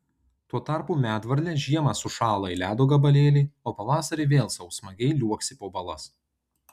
tuo tarpu medvarlė žiemą sušąla į ledo gabalėlį o pavasarį vėl sau smagiai liuoksi po balas